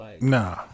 Nah